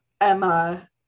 Emma